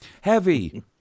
Heavy